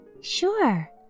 Sure